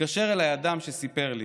התקשר אליי אדם שסיפר לי: